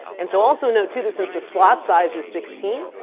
and so also note too, this is the slot size is sixteen.